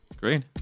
great